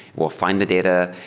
we'll find the data.